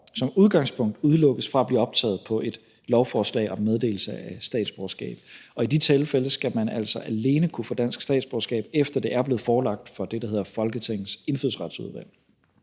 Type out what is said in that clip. som udgangspunkt udelukkes fra at blive optaget på et lovforslag om meddelelse af statsborgerskab, og i de tilfælde skal man altså alene kunne få dansk statsborgerskab, efter det er blevet forelagt for det, der hedder Folketingets Indfødsretsudvalg.